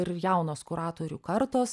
ir jaunos kuratorių kartos